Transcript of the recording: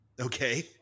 Okay